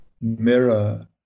mirror